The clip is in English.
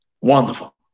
Wonderful